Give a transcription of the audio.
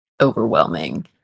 overwhelming